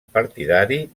partidari